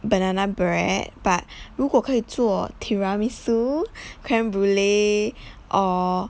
banana bread but 如果可以做 tiramisu creme brulee or